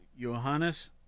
Johannes